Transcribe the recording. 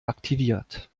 aktiviert